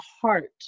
heart